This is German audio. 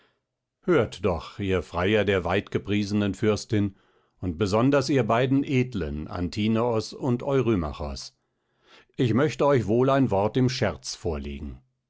hört doch ihr freier der weitgepriesenen fürstin und besonders ihr beiden edlen antinoos und eurymachos ich mochte euch wohl ein wort im scherz vorlegen